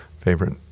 favorite